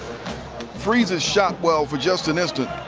freezes shotwell for just an instant.